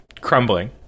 crumbling